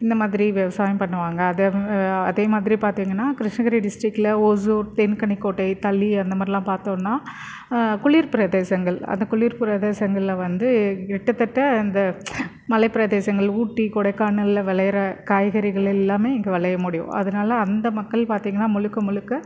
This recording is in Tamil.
இந்தமாதிரி விவசாயம் பண்ணுவாங்க அத அதேமாதிரி பார்த்தீங்கன்னா கிருஷ்ணகிரி டிஸ்ட்ரிக்கில் ஓசூர் தேன்கனிக்கோட்டை தளி அந்தமாதிரில்லாம் பார்த்தோன்னா குளிர்ப்பிரதேசங்கள் அந்த குளிர்ப்பிரதேசங்களில் வந்து கிட்டத்தட்ட அந்த மலைப்பிரதேசங்கள் ஊட்டி கொடைக்கானலில் விளையிர காய்கறிகள் எல்லாமே இங்க விளைய முடியும் அதனால் அந்த மக்கள் பார்த்தீங்கன்னா முழுக்க முழுக்க